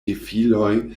gefiloj